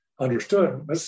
understood